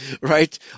Right